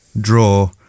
draw